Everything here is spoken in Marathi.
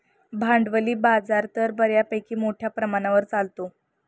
भांडवली बाजार तर बऱ्यापैकी मोठ्या प्रमाणावर चालतो